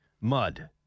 mud